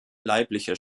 leibliche